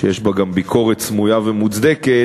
שיש בה גם ביקורת סמויה ומוצדקת,